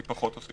אני פחות עוסק